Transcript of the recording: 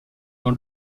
dans